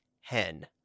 hen